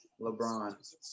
LeBron